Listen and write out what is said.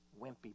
wimpy